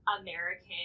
American